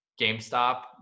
GameStop